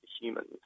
humans